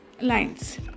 lines